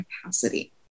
capacity